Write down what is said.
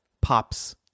pops